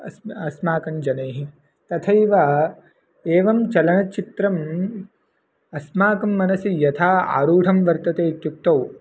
अस्म् अस्माकञ्जनैः तथैव एवं चलनचित्रम् अस्माकं मनसि यथा आरूढं वर्तते इत्युक्तौ